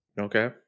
Okay